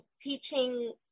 teaching